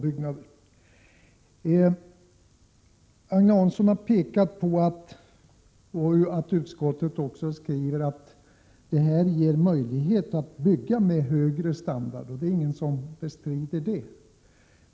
Agne Hansson har påpekat att de regler som föreslås är utformade så att det ges möjlighet att bygga med högre standard. Det är ingen som bestrider detta.